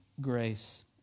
grace